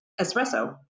espresso